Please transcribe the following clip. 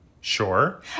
Sure